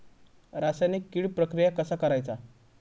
रासायनिक कीड प्रक्रिया कसा करायचा?